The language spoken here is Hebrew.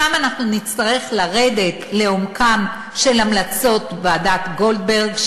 שם אנחנו נצטרך לרדת לעומקן של המלצות ועדת גולדברג,